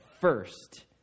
first